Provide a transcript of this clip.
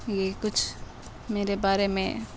یہ کچھ میرے بارے میں